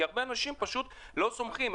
כי הרבה אנשים פשוט לא סומכים,